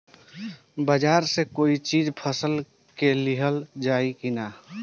बाजार से कोई चीज फसल के लिहल जाई किना?